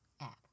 app